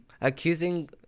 accusing